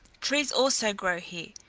trees also grow here,